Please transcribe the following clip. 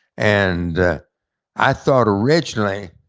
and i thought originally,